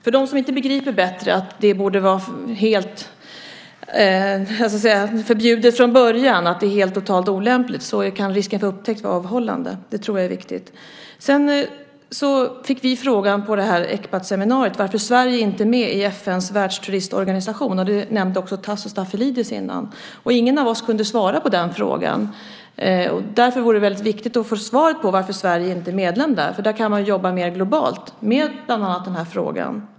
För dem som inte begriper bättre att detta är helt olämpligt och så att säga förbjudet från början kan risken för upptäckt vara avhållande. Det tror jag är viktigt. Vi som var med på detta Ecpatseminarium fick frågan varför Sverige inte är med i FN:s världsturistorganisation. Detta nämnde också Tasso Stafilidis tidigare. Men ingen av oss kunde svara på den frågan. Därför är det viktigt att få svar på varför Sverige inte är medlem där eftersom man där kan jobba mer globalt med bland annat den här frågan.